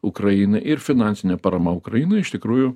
ukrainai ir finansinė parama ukrainai iš tikrųjų